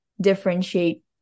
differentiate